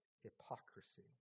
hypocrisy